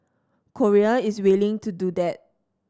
Korea is willing to do that